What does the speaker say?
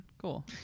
Cool